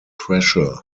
pressure